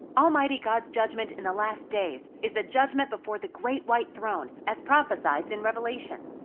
almighty god's judgment in the last days is the judgment before the great white throne as prophesied in revelation.